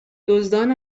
دزدان